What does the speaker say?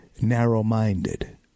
narrow-minded